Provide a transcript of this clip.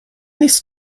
this